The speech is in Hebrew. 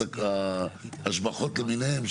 ההשבחות למיניהן,